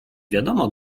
wiadomo